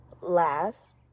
Last